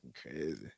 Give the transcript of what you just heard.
crazy